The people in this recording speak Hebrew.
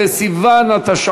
פנים, פנים, אדוני.